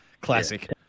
Classic